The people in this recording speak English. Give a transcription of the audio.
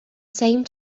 same